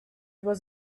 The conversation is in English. was